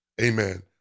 Amen